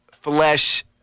flesh